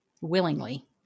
willingly